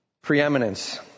Preeminence